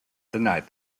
denied